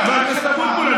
חבר הכנסת אבוטבול,